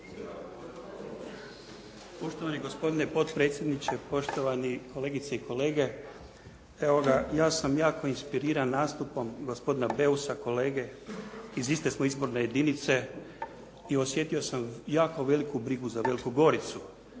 Poštovani gospodine potpredsjedniče, poštovani kolegice i kolege. Evo ga ja sam jako inspiriran nastupom gospodina Busa, kolege. Iz iste smo izborne jedinice i osjetio sam jako veliku brigu za Veliku Goricu.